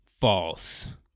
false